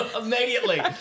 Immediately